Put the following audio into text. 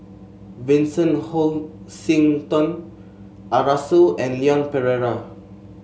Vincent Hoisington Arasu and Leon Perera